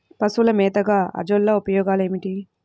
పశువుల మేతగా అజొల్ల ఉపయోగాలు ఏమిటి?